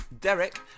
Derek